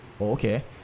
okay